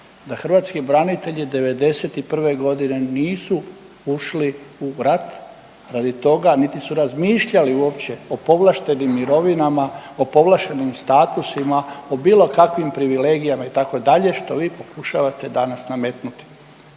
hrvatski branitelji '91. godine nisu ušli u rat radi toga niti su razmišljali uopće o povlaštenim mirovinama, o povlaštenim statusima o bilo kakvim privilegijama itd. što vi pokušavate danas nametnuti.